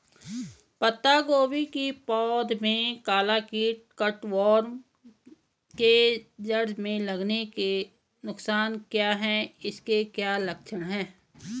पत्ता गोभी की पौध में काला कीट कट वार्म के जड़ में लगने के नुकसान क्या हैं इसके क्या लक्षण हैं?